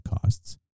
costs